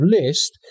list